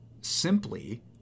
simply